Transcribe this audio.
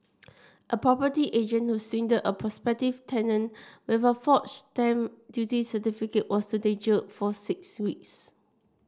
a property agent who swindled a prospective tenant with a forged stamp duty certificate was today jailed for six weeks